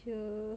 !aiyo!